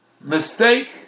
mistake